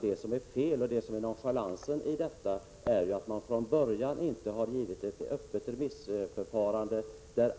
Felet och nonchalansen består i att man från början inte gått in för ett öppet remissförfarande, där